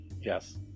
Yes